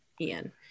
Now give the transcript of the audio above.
ian